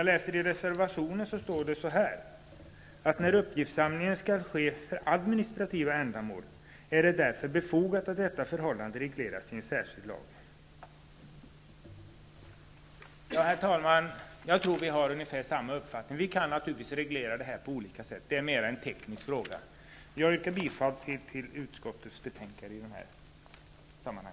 I reservationen står: ''När uppgiftsinsamling skall ske för administrativa ändamål är det därför befogat att detta förhållande regleras i en särskild lag.'' Herr talman! Jag tror vi har ungefär samma uppfattning. Vi kan naturligtvis reglera det här på olika sätt. Det är mera en teknisk fråga. Jag yrkar bifall till utskottets hemställan.